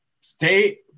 Stay